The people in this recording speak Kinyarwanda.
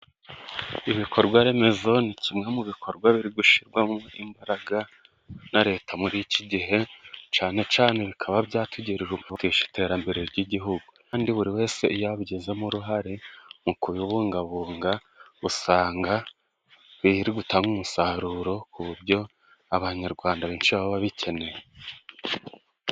Ibikorwa remezo ni kimwe mu bikorwa biri gushyirwamo imbaraga na leta muri iki gihe cyane cyane bikaba byatugirira umugisha iterambere ry'igihugu kandi buri wese yabigizemo uruhare mu kubibungabunga usanga birubutanga umusaruro ku buryo abanyarwanda benshi baba bikeneye.